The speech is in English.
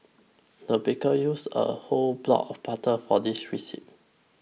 the baker used a whole block of butter for this recipe